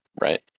right